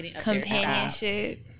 companionship